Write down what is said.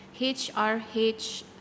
HRH